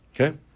Okay